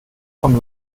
vom